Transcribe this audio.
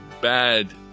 bad